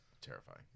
terrifying